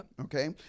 Okay